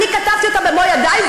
אני כתבתי אותה במו ידיי,